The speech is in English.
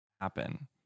happen